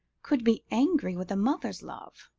could be angry with a mother's love.